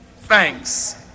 thanks